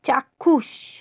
চাক্ষুষ